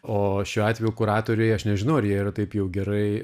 o šiuo atveju kuratoriai aš nežinau ar jie yra taip jau gerai